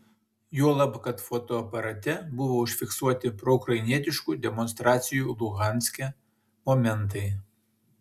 juolab kad fotoaparate buvo užfiksuoti proukrainietiškų demonstracijų luhanske momentai